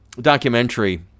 documentary